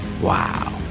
Wow